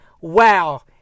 Wow